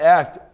act